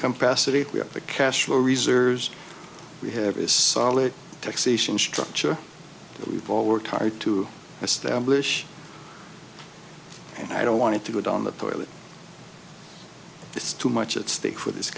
past city we have the cash flow reserves we have a solid taxation structure that we've all worked hard to establish and i don't want it to go down the toilet it's too much at stake for this